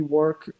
work